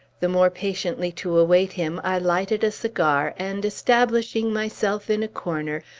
the more patiently to await him, i lighted a cigar, and establishing myself in a corner,